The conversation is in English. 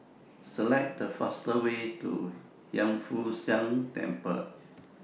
Select The fastest Way to Hiang Foo Siang Temple